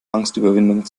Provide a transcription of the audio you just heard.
angstüberwindung